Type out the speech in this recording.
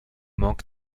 manque